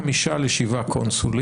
10,000 יש ברוסיה.